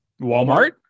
Walmart